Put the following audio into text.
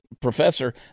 professor